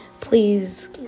Please